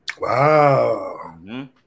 Wow